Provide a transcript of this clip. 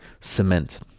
cement